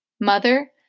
Mother